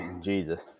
Jesus